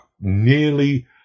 nearly